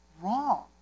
wrong